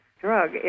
drug